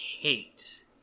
hate